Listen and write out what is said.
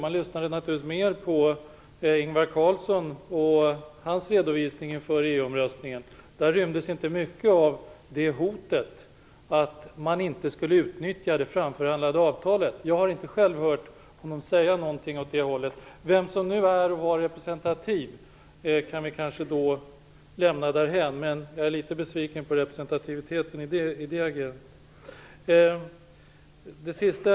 Man lyssnade naturligtvis mer på Ingvar Carlssons redovisning inför EU omröstningen, och däri rymdes inte mycket av hot om att man inte skulle utnyttja det framförhandlade avtalet. Jag har själv inte hört honom säga något sådant. Vem som var representativ kan vi kanske lämna därhän, men jag är litet besviken på representativiteten i detta agerande.